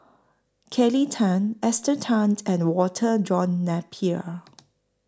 Kelly Tang Esther Tan and Walter John Napier